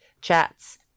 chats